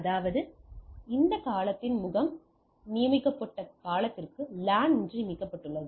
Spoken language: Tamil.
அதாவது இந்த காலத்தின் மூலம் நியமிக்கப்பட்ட பாலத்திற்கு லேன் என்று நியமிக்கப்பட்டுள்ளது